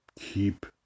keep